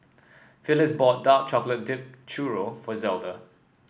Phillis bought Dark Chocolate Dipped Churro for Zelda